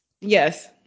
Yes